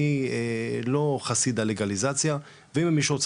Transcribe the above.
אני לא חסיד הלגליזציה ואם מישהו רוצה